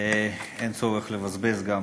לקריאה ראשונה.